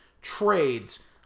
Trades